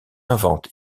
invente